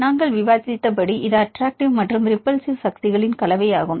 நாங்கள் விவாதித்தபடி இது அட்டராக்ட்டிவ் மற்றும் ரிபல்ஸிவ் சக்திகளின் கலவையாகும்